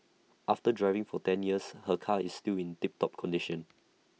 after driving for ten years her car is still in tip top condition